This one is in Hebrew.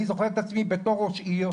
אני זוכר את עצמי בתור ראש עיר,